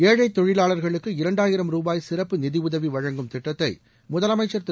ஏழைத் தொழிலாளர்களுக்கு இரண்டாயிரம் ருபாய் சிறப்பு நிதியுதவி வழங்கும் திட்டத்தை முதலமைச்சர் திரு